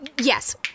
yes